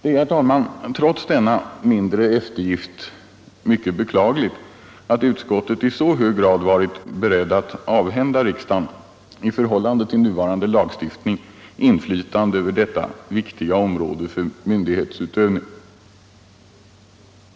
Det är, herr talman, trots denna mindre eftergift mycket beklagligt att utskottet i så hög grad varit berett att avhända riksdagen, i förhållande till nuvarande lagstiftning, inflytande över detta viktiga område för myndighetsutövning.